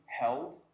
held